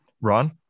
ron